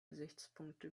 gesichtspunkte